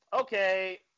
okay